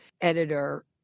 editor